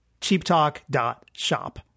cheaptalk.shop